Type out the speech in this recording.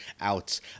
out